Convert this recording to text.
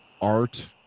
art